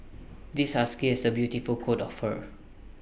this husky has A beautiful coat of fur